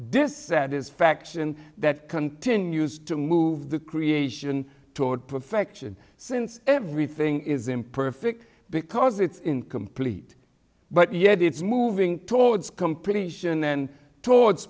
dissatisfaction that continues to move the creation toward perfection since everything is imperfect because it's incomplete but yet it's moving towards completion and towards